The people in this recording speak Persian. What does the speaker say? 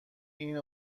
این